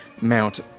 mount